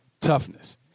toughness